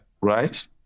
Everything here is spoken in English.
right